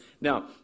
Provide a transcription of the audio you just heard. Now